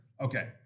Okay